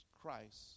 Christ